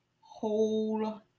whole